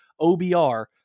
OBR